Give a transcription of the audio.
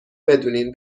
بدونین